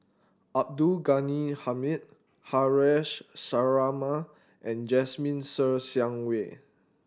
Abdul Ghani Hamid Haresh Sharma and Jasmine Ser Xiang Wei